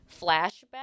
flashback